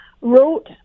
wrote